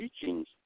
teachings